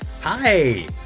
Hi